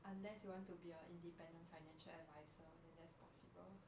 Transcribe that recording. unless you want to be an independent financial adviser then that's possible